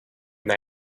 they